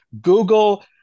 Google